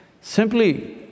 Simply